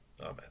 Amen